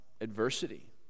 adversity